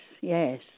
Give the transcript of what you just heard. yes